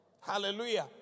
Hallelujah